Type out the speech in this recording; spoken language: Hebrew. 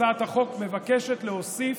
הצעת החוק מבקשת להוסיף